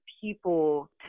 people